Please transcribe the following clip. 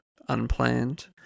unplanned